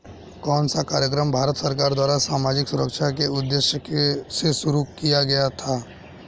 कौन सा कार्यक्रम भारत सरकार द्वारा सामाजिक सुरक्षा के उद्देश्य से शुरू किया गया है?